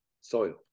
soil